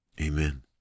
Amen